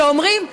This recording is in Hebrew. שאומרים: